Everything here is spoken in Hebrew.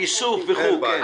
איסוף וכולי, כן.